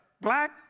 black